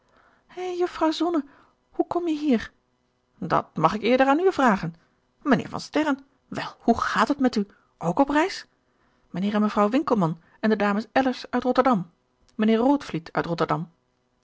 jufvrouw zonne hoe kom je hier dat mag ik eerder aan u vragen mijnheer van sterren wel hoe gaat het met u ook op reis mijnheer en mevrouw winkelman en de dames ellers uit rotterdam mijnheer rootvliet uit rotterdam